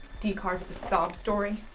decard sob story.